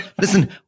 Listen